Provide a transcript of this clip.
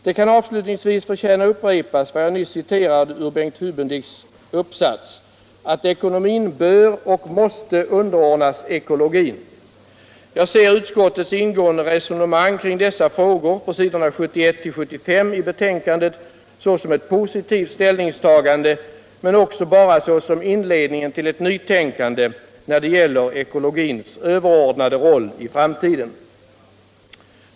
Det kan avslutningsvis förtjäna att upprepa vad jag nyss citerade ur Bengt Hubendicks uppsats: ”Ekonomin bör och måste underordnas eko Jag ser utskottets ingående resonemang kring dessa frågor på s. 71-75 i betänkandet såsom ett positivt ställningstagande men också bara såsom inledningen till ett nytänkande när det gäller ekologins överordnade roll i framtiden.